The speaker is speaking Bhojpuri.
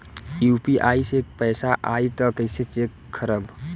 यू.पी.आई से पैसा आई त कइसे चेक खरब?